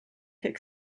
could